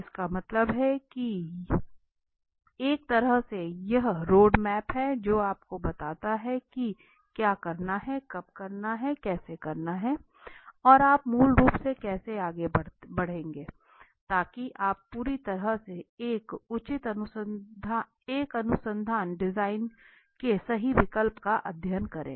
इसका मतलब है कि एक तरह से यह एक रोडमैप है जो आपको बताता है कि क्या करना है कब करना है कैसे करना है और आप मूल रूप से कैसे आगे बढ़ेंगे ताकि आप पूरी तरह से एक उचित अनुसंधान डिजाइन के सही विकल्प का अध्ययन करें